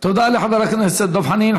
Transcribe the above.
תודה לחבר הכנסת דב חנין.